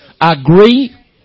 agree